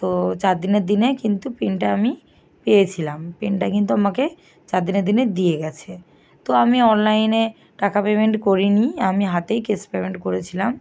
তো চার দিনের দিনে কিন্তু পেনটা আমি পেয়েছিলাম পেনটা কিন্তু আমাকে চার দিনের দিনে দিয়ে গেছে তো আমি অনলাইনে টাকা পেমেন্ট করি নি আমি হাতেই ক্যাশ পেমেন্ট করেছিলাম